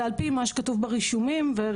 אלא על פי מה שכתוב ברישומי קופת החולים ולצערנו,